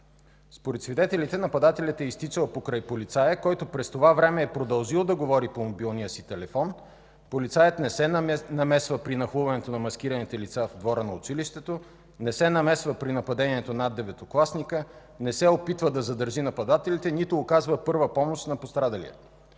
Според свидетелите нападателят е изтичал покрай полицая, който през това време е продължил да говори по мобилния си телефон. Полицаят не се намесва при нахлуването на маскираните лица в двора на училището, не се намесва при нападението над деветокласника, не се опитва да задържи нападателите, нито оказва първа помощ на пострадалия.